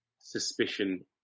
suspicion